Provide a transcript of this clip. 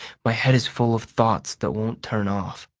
my head is full of thoughts that won't turn off.